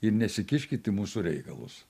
ir nesikiškit į mūsų reikalus